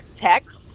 text